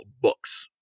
books